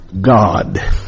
God